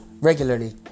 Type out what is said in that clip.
regularly